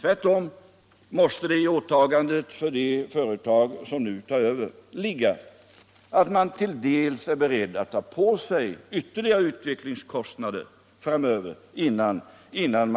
Tvärtom måste det företag som nu tar över verksamheten framöver delvis binda sig för ytterligare utvecklingskostnader innan